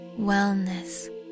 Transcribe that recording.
wellness